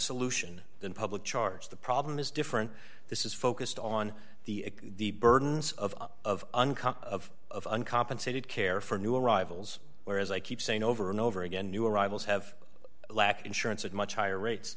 solution than public charge the problem is different this is focused on the burdens of uncut of uncompensated care for new arrivals where as i keep saying over and over again new arrivals have lack insurance at much higher rates